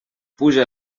puja